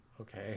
okay